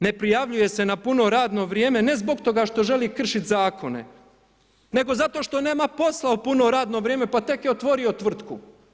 Ne prijavljuje se na puno radno vrijeme ne zbog toga što želi kršiti zakone, nego zato što nema posla u puno radno vrijeme pa tek je otvorio tvrtku.